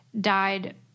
died